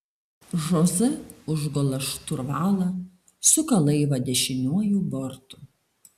žoze užgula šturvalą suka laivą dešiniuoju bortu